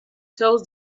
tells